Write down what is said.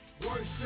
worship